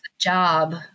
job